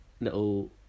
little